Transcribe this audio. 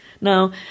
Now